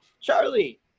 Charlie